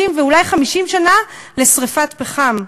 30 ואולי 50 שנה לשרפת פחם.